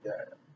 ya ya